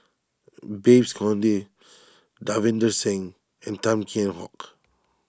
Babes Conde Davinder Singh and Tan Kheam Hock